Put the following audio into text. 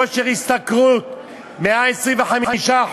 כושר השתכרות 125%,